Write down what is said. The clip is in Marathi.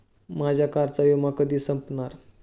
माझ्या कारचा विमा कधी संपणार